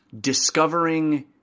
discovering